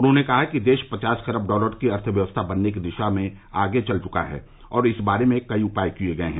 उन्होंने कहा कि देश पचास खरब डॉलर की अर्थव्यवस्था बनने की दिशा में आगे चल चुका है और इस बारे में कई उपाय किये गये हैं